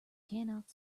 cannot